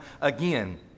again